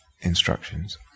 instructions